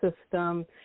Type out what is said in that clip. system